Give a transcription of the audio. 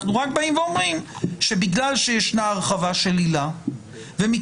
אנחנו רק באים ואומרים שבגלל שיש הרחבה של עילה ומכיוון